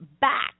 back